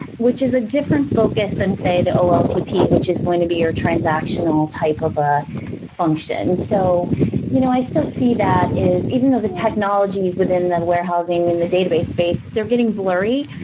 which is a different focus than say, the oltp, which is going to be our transactional type of a function. so you know i see that, is even though the technologies within the warehousing and the database space, they're getting blurry,